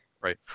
Right